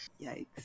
Yikes